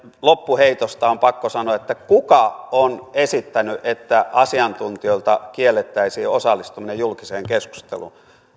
loppuheitosta on pakko sanoa kuka on esittänyt että asiantuntijoilta kiellettäisiin osallistuminen julkiseen keskusteluun